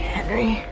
Henry